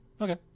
Okay